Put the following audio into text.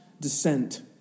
descent